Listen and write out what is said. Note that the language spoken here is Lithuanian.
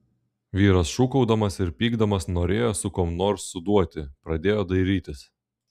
vyras šūkaudamas ir pykdamas norėjo su kuom nors suduoti pradėjo dairytis